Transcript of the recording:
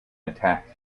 attacked